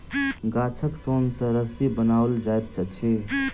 गाछक सोन सॅ रस्सी बनाओल जाइत अछि